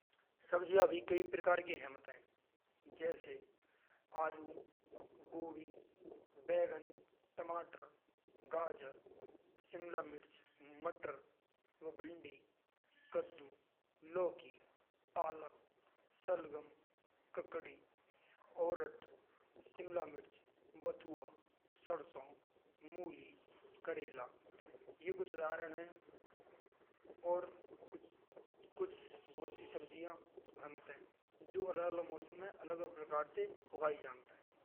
सब्जियाँ भी कई प्रकार के होत हैं। जैसे आलू, गोभी, बैंगन, टमाटर, गाजर, शिमला मिर्च, भिंडी व मटर, कद्दू लौकी। पालक और सलगम, ककड़ी, ओरत, बथुआ, सरसों, मूली करेला। यह कुछ उदाहरण हैं। और कुछ बहुत सी सब्जियाँ होत हैं। जो अलग अलग मौसम में उगाई जात हैं।